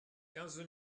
quinze